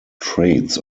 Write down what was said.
traits